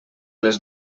les